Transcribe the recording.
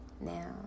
Now